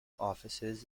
offices